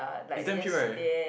is damn cheap right